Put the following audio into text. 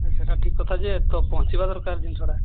ନାଇଁ ସେଇଟା ଠିକ କଥା ଯେ ପହଞ୍ଚିବା ଦରକାର ଜିନିଷଟା